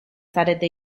zarete